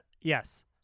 Yes